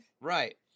Right